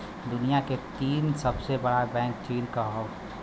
दुनिया के तीन सबसे बड़ा बैंक चीन क हौ